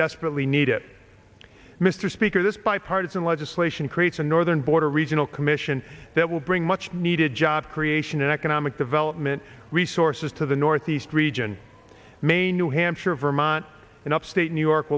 desperately need it mr speaker this bipartisan legislation creates a northern border regional commission that will bring much needed job creation and economic development resources to the northeast region maine new hampshire vermont and upstate new york